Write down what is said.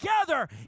together